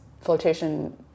flotation